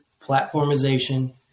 Platformization